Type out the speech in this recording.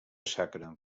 sacra